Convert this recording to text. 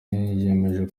yiyemeje